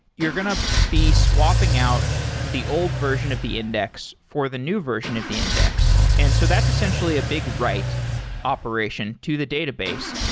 you're going to be swapping out the old version of the index for the new version of the index. and so that's essentially a big write operation to the database.